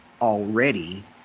already